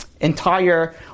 entire